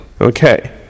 Okay